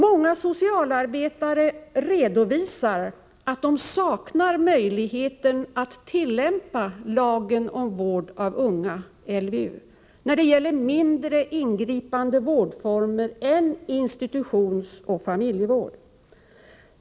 Många socialarbetare redovisar att de saknar möjligheter att tillämpa lagen om vård av unga, LVU, när det gäller mindre ingripande vårdformer än institutionsoch familjevård.